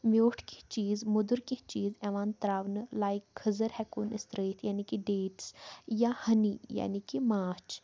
میوٗٹھ کیٚنٛہہ چیٖز موٚدُر کیٚنٛہہ چیٖز یِوان ترٛاونہٕ لایِک کھٔزٕر ہٮ۪کہٕ ووٚن أسۍ ترٛٲیِتھ یعنے کہِ ڈیٹٕس یا ۂنی یعنے کہِ ماچھ